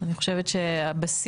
ואני חושבת שהבסיס